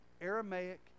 aramaic